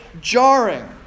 jarring